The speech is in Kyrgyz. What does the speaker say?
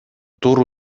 тур